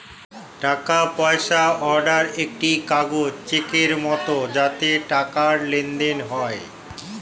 টাকা পয়সা অর্ডার একটি কাগজ চেকের মত যাতে টাকার লেনদেন হয়